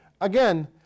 Again